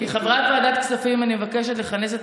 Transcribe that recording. כחברת ועדת הכספים אני מבקשת לכנס את